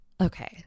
Okay